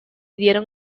dieron